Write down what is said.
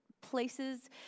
places